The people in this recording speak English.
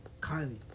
Kylie